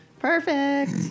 Perfect